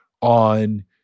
on